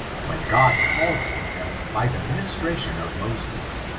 when god called for them by the ministration of moses.